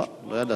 לא ידעתי.